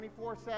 24-7